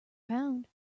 pound